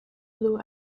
blue